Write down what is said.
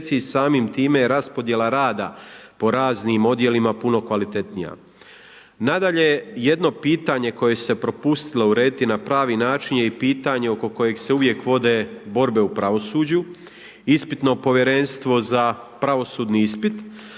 i samim time je raspodjela rada po raznim odjelima puno kvalitetnija. Nadalje, jedno pitanje koje se propustilo urediti na pravi način je i pitanje oko kojeg se uvijek vode borbe u pravosuđu. Ispitno povjerenstvo za pravosudni ispit.